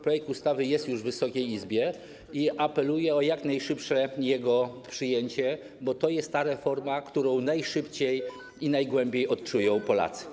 Projekt ustawy jest już w Wysokiej Izbie i apeluję o jak najszybsze jego przyjęcie, bo to jest ta reforma, którą najszybciej i najgłębiej odczują Polacy.